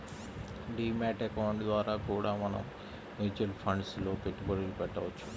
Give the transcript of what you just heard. D mat account ద్వారా కూడా మనం మ్యూచువల్ ఫండ్స్ లో పెట్టుబడులు పెట్టవచ్చు